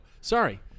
Sorry